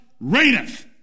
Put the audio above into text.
reigneth